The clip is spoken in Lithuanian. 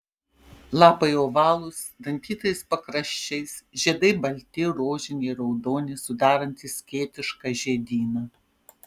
lapai ovalūs dantytais pakraščiais žiedai balti rožiniai raudoni sudarantys skėtišką žiedyną